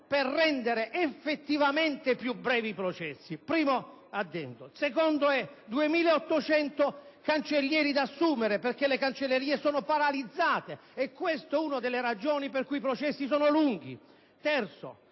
per rendere effettivamente più brevi i processi. Questo è il primo addendo. Il secondo riguarda 2.800 cancellieri da assumere, perché le cancellerie sono paralizzate. È questa una delle ragioni per cui i processi sono lunghi. Perché